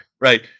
Right